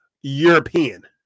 European